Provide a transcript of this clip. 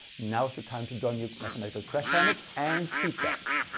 now is the time to don your mathematical crash helmets and seat belts.